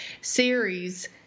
series